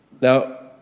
Now